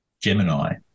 Gemini